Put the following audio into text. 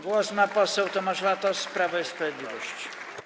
Głos ma poseł Tomasz Latos, Prawo i Sprawiedliwość.